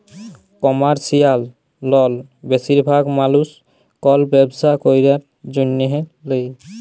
commercial লল বেশিরভাগ মালুস কল ব্যবসা ক্যরার জ্যনহে লেয়